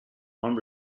home